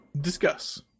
Discuss